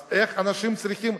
אז איך אנשים צריכים,